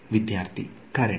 ವಿದ್ಯಾರ್ಥಿ ಕರೆಂಟ್